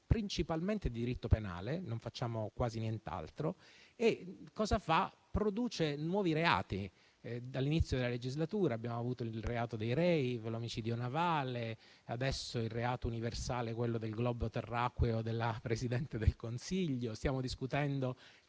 principalmente di diritto penale; non facciamo quasi nient'altro. E cosa fa? Produce nuovi reati. Dall'inizio della legislatura abbiamo avuto il reato dei *rave*, poi l'omicidio navale e adesso il reato universale, quello del globo terracqueo, della Presidente del Consiglio. Stiamo discutendo